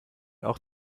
auch